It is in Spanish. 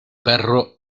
perro